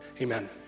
Amen